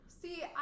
See